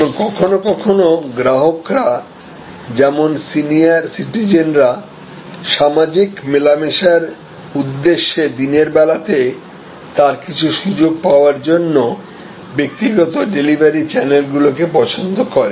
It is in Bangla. এবং কখনও কখনও গ্রাহকরা যেমন সিনিয়ার সিটিজেনরা সামাজিক মেলামেশার উদ্দেশ্যে দিনের বেলাতে তার কিছু সুযোগ পাওয়ার জন্য ব্যক্তিগত ডেলিভারি চ্যানেলগুলিকে পছন্দ করে